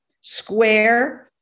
square